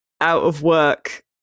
out-of-work